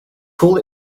call